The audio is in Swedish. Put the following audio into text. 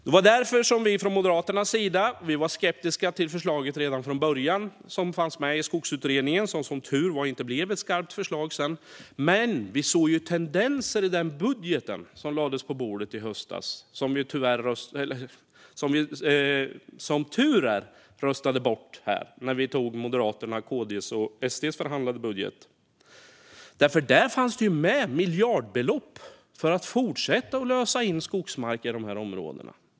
Det var därför som vi i Moderaterna redan från början var skeptiska till Skogsutredningens förslag, som tursamt nog sedan inte blev ett skarpt förslag. Vi såg tendenserna i den budget som lades på bordet i höstas och som vi röstade bort här när vi antog Moderaternas, KD:s och SD:s förhandlade budget. I regeringens budget fanns det miljardbelopp för att fortsätta att lösa in skogsmark i dessa områden.